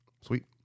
Sweet